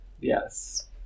Yes